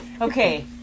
Okay